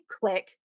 Click